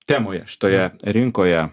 temoje šitoje rinkoje